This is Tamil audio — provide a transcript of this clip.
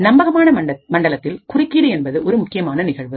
நம்பகமான மண்டலத்தில் குறுக்கீடு என்பது ஒரு முக்கியமான நிகழ்வு